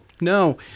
no